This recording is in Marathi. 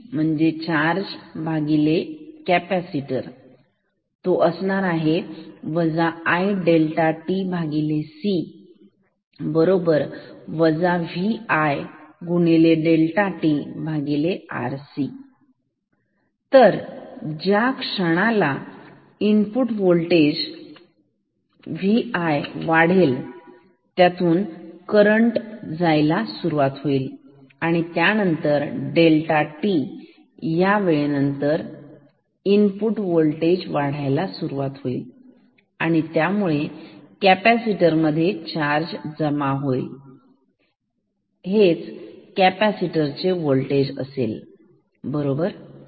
Vc QC i ∆tc Vi ∆tRc तर ज्या क्षणाला इनपुट होल्टेज Vi वाढेल त्यातून करंट जायला सुरुवात होईल आणि त्यानंतर डेल्टा t या वेळेनंतर इनपुट होल्टेज वाढायला सुरुवात होईल आणि त्यामुळे कॅपॅसिटर मध्ये चार्ज जमा होईल हेच कॅपॅसिटर चे होल्टेज असेल बरोबर